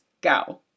go